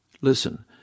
Listen